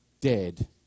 dead